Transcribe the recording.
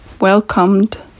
welcomed